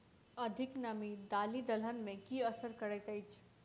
अधिक नामी दालि दलहन मे की असर करैत अछि?